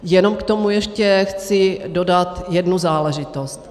Jenom k tomu ještě chci dodat jednu záležitost.